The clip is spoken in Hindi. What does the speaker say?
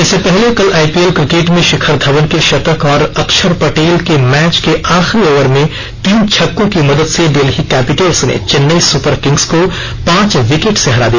इससे पहले कल आईपीएल क्रिकेट में शिखर धवन के शतक और अक्षर पटेल के मैच के आखिरी ओवर में तीन छक्कों की मदद से डेल्ही कैपिटल्स ने चेन्नई सुपरकिंग्स को पांच विकेट से हरा दिया